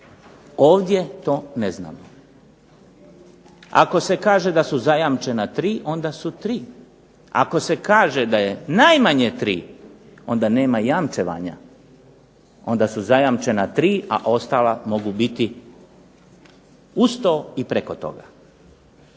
Ovdje to ne znamo. Ako se kaže da su zajamčena tri onda su tri, ako se kaže da je najmanje tri onda nema jamčevanja. Onda su zajamčena tri a ostala mogu biti uz to ili preko toga.